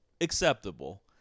acceptable